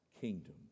kingdom